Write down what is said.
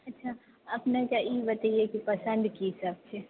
अच्छा अपनेके ई बतैयै कि पसन्द की सब छै